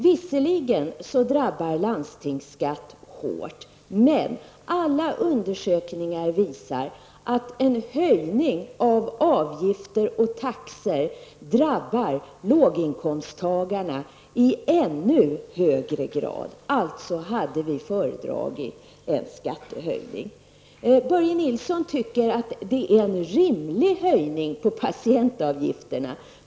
Visserligen drabbar landstingsskatten hårt, men alla undersökningar visar att en höjning av avgifter och taxor drabbar låginkomsttagarna i ännu högre grad. Alltså hade vi föredragit en skattehöjning. Börje Nilsson tycker att en höjning från 60 till i genomsnitt 100 kr.